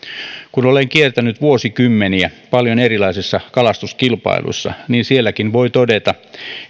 kun olen kiertänyt vuosikymmeniä paljon erilaisissa kalastuskilpailuissa niin sielläkin voi todeta